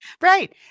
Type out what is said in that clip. Right